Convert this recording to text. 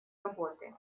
работы